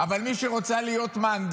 אבל מי שרוצה להיות מהנדסת